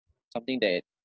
something that